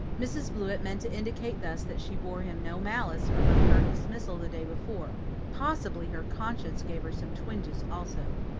mrs. blewett meant to indicate thus that she bore him no malice for her curt dismissal the day before possibly her conscience gave her some twinges also.